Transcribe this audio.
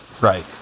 Right